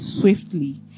swiftly